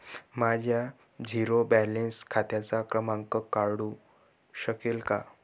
माझ्या zero balance खात्याचा क्रमांक कळू शकेल का?